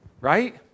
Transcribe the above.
Right